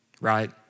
right